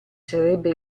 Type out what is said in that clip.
sarebbe